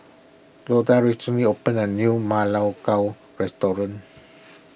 Loda recently opened a new Ma Lai Gao restaurant